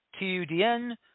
TUDN